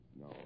No